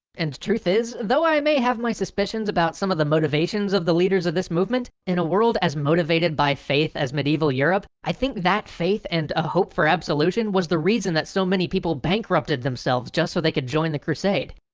and truth is though i may have my suspicions about some of the motivations of the leaders of this movement, in a world as motivated by faith as medieval europe i think that faith and a hope for absolution was the reason that so many people bankrupt themselves just so they could join the crusade.